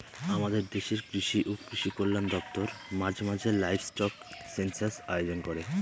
আমাদের দেশের কৃষি ও কৃষি কল্যাণ দপ্তর মাঝে মাঝে লাইভস্টক সেনসাস আয়োজন করে